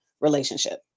relationship